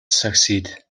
succeed